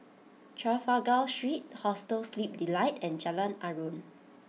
Trafalgar Street Hostel Sleep Delight and Jalan Aruan